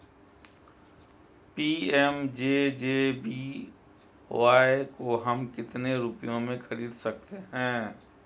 PMJJBY को हम कितने रुपयों में खरीद सकते हैं?